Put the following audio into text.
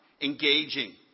engaging